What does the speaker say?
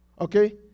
okay